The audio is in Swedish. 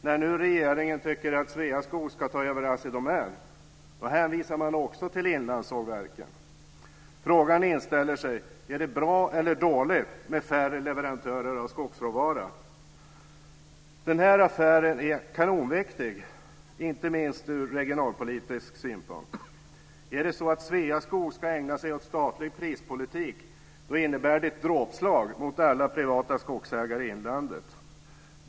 När nu regeringen tycker att Sveaskog ska ta över Assi Domän hänvisar man också till inlandssågverken. Frågan inställer sig: Är det bra eller dåligt med färre leverantörer av skogsråvara? Den här affären är kanonviktig inte minst ur regionalpolitisk synpunkt. Ska Sveaskog ägna sig åt statlig prispolitik innebär det ett dråpslag mot alla privata skogsägare i inlandet.